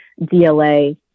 DLA